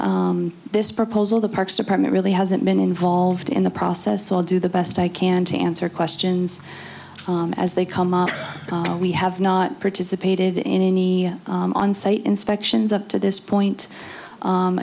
for this proposal the parks department really hasn't been involved in the process so i'll do the best i can to answer questions as they come up we have not participated in any onsite inspections up to this point